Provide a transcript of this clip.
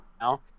now